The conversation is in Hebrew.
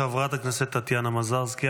חברת הכנסת טטיאנה מזרסקי.